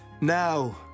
Now